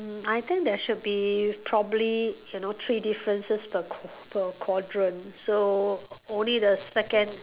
mm I think there should be probably you know three differences per qua~ per quadrant so only the second